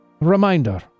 Reminder